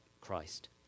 Christ